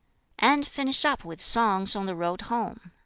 and finish up with songs on the road home.